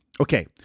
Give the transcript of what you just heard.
Okay